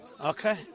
Okay